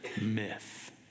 myth